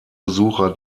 besucher